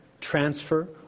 transfer